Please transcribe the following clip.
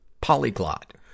Polyglot